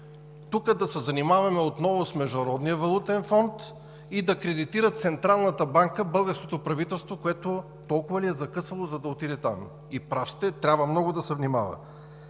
тук да се занимаваме отново с Международния валутен фонд и да кредитира Централната банка. Българското правителство толкова ли е закъсало, за да отиде там?! И прав сте, трябва много да се внимава.